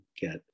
get